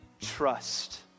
Trust